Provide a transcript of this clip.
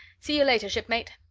see you later, shipmate.